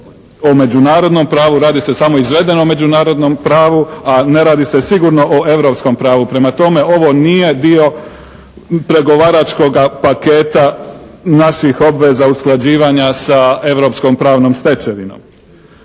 o međunarodnom pravi, radi se samo o izvedenom međunarodnom pravu, a ne radi se sigurno o europskom pravu. Prema tome, ovo nije dio pregovaračkoga paketa naših obveza usklađivanja sa europskom pravnom stečevinom.